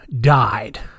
died